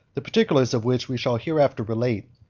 the particulars of which we shall hereafter relate,